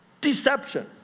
Deception